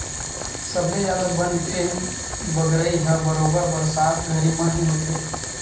सबले जादा बन के बगरई ह बरोबर बरसात घरी म ही होथे